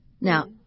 Now